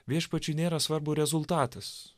viešpačiui nėra svarbu rezultatas